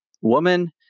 woman